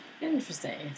Interesting